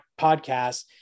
podcast